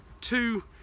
two